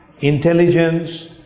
intelligence